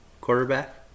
quarterback